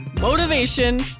motivation